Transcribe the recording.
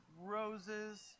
Roses